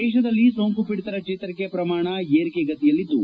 ದೇಶದಲ್ಲಿ ಸೋಂಕುಪೀಡಿತರ ಜೇತರಿಕೆ ಪ್ರಮಾಣ ಏರಿಕೆ ಗತಿಯಲ್ಲಿದ್ದು